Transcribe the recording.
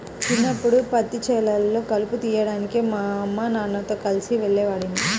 చిన్నప్పడు పత్తి చేలల్లో కలుపు తీయడానికి మా అమ్మానాన్నలతో కలిసి వెళ్ళేవాడిని